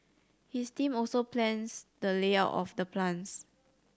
his team also plans the layout of the plants